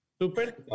Super